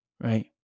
right